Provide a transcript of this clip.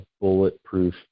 bulletproof